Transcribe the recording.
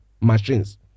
machines